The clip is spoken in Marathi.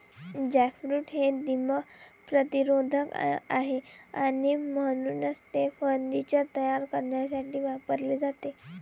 जॅकफ्रूट हे दीमक प्रतिरोधक आहे आणि म्हणूनच ते फर्निचर तयार करण्यासाठी वापरले जाते